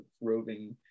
roving